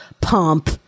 pump